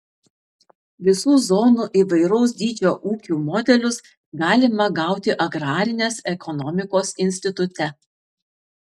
visų zonų įvairaus dydžio ūkių modelius galima gauti agrarinės ekonomikos institute